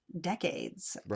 Decades